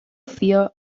fear